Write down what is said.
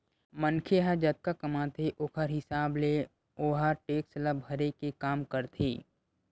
मनखे ह जतका कमाथे ओखर हिसाब ले ओहा टेक्स ल भरे के काम करथे